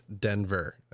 Denver